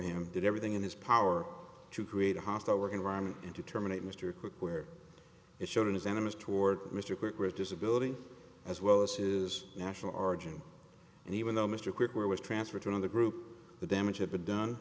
him did everything in his power to create a hostile work environment and to terminate mr cooke where it showed in his enemies toward mr quick with disability as well as his national origin and even though mr quick where was transferred to another group the damage had been done